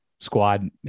squad